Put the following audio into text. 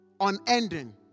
unending